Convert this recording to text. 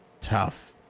Tough